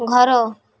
ଘର